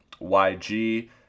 YG